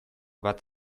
bat